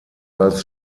als